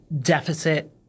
deficit